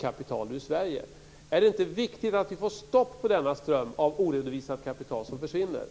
kapital ur Sverige. Är det inte viktigt att vi får stopp på denna ström av oredovisat kapital som försvinner?